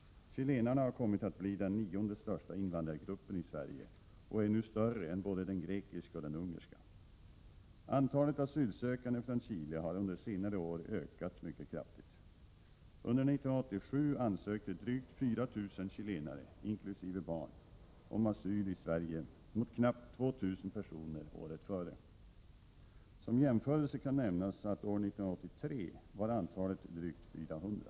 Chilenarna har kommit att bli den nionde största invandrargruppen i Sverige och är nu större än både den grekiska och den ungerska. Antalet asylsökande från Chile har under senare år ökat mycket kraftigt. Under år 1987 ansökte drygt 4 000 chilenare om asyl i Sverige mot knappt 2 000 personer året före. Som jämförelse kan nämnas att antalet år 1983 var drygt 400.